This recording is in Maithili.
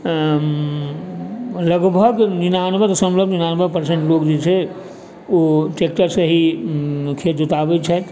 लगभग निनानबे दशमलव निनानबे परसेण्ट लोक जे छै ओ ट्रेक्टरसँ ही खेत जोताबै छथि